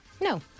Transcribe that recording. No